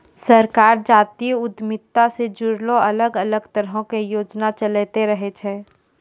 सरकार जातीय उद्यमिता से जुड़लो अलग अलग तरहो के योजना चलैंते रहै छै